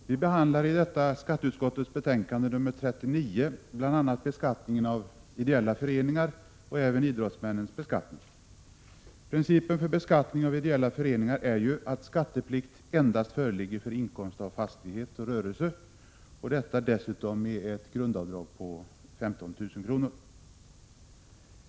Fru talman! Vi behandlar i detta skatteutskottets betänkande nr 39 bl.a. beskattningen av ideella föreningar och även idrottsmännens beskattning. Principen för beskattning av ideella föreningar är att skatteplikt föreligger endast för inkomst av fastighet och rörelse, och då med ett grundavdrag på 15 000 kr.